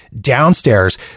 downstairs